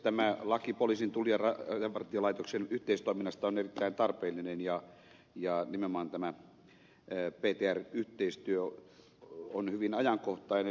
tämä laki poliisin tullin ja rajavartiolaitoksen yhteistoiminnasta on erittäin tarpeellinen ja nimenomaan tämä ptr yhteistyö on hyvin ajankohtainen